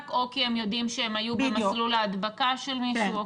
או כי הם יודעים שהם היו במסלול ההדבקה של מישהו.